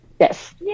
yes